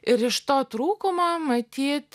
ir iš to trūkumo matyt